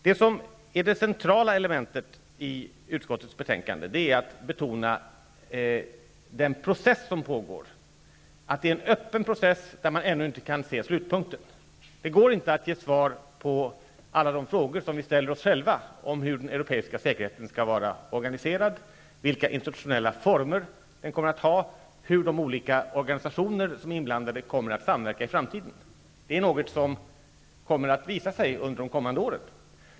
Det centrala elementet i utskottets betänkande är att betona den process som pågår. Det är en öppen process där man ännu inte kan se slutpunkten. Det går inte att ge svar på alla de frågor som vi ställer oss själva om hur den europeiska säkerheten skall vara organiserad, vilka institutionella former den kommer att ha och hur de olika organisationer som är inblandade kommer att samverka i framtiden. Det är något som kommer att visa sig under de kommande åren.